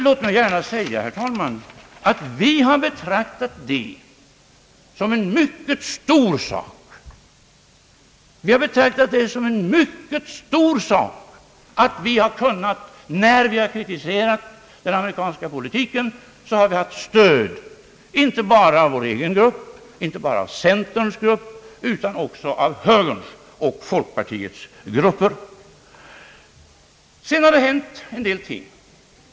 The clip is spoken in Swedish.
Låt mig säga, herr talman, att vi har betraktat det som en mycket stor sak ati vi, när vi har kritiserat den amerikanska politiken, haft stöd inte bara av vår egen grupp, inte bara av centerns grupp utan också av högerns och folkpartiets grupper. Sedan har det hänt en hel del ting.